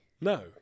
No